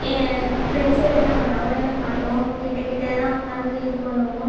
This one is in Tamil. என் ஃப்ரெண்ட்ஸ்ஸை விட்டு நவ நகறவே மாட்டோம் கிட்ட கிட்டே தான் உட்காந்து இது பண்ணுவோம்